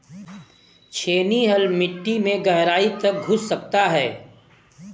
छेनी हल मिट्टी में गहराई तक घुस सकता है